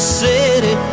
city